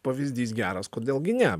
pavyzdys geras kodėl gi ne